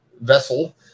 vessel